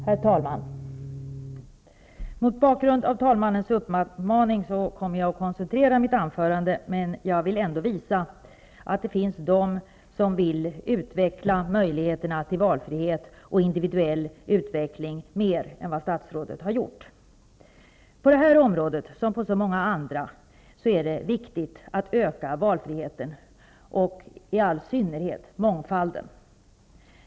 Herr talman! Mot bakgrund av talmannens uppmaning kommer jag att koncentera mitt anförande, men jag vill ändå visa att det finns de som vill utveckla möjligheterna till valfrihet och individuell utveckling mer än vad statsrådet har gjort. På det här området som på så många andra är det viktigt att öka valfriheten och i all synnerhet mångfalden.